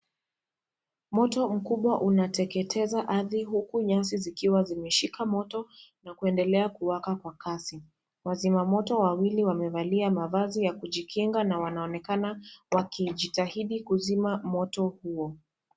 Moto mkubwa unateketeza ardhi, huku nyasi zikiwa zimeshika moto na kuendelea kuwaka. Kwa kazi, wazima moto wawili wamevalia mavazi ya kujikinga na wanaonekana wakijitahidi kuzima moto huo.